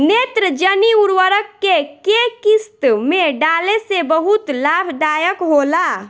नेत्रजनीय उर्वरक के केय किस्त में डाले से बहुत लाभदायक होला?